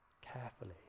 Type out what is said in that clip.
carefully